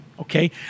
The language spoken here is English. okay